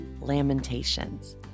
Lamentations